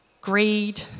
greed